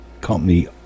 company